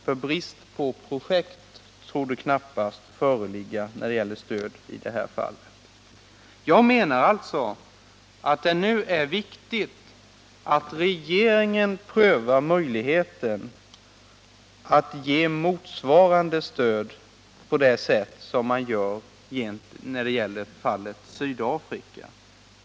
För brist på projekt torde knappast föreligga när det gäller stöd i det här fallet. Jag menar alltså att det nu är viktigt att regeringen prövar möjligheten att ge motsvarande stöd på det sätt som man kan göra när det gäller Sydafrika.